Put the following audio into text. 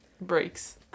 breaks